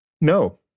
No